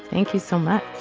thank you so much